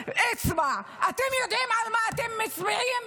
אצבע: אתם יודעים על מה אתם מצביעים?